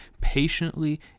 patiently